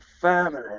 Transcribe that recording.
family